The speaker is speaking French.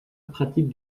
pratique